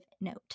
note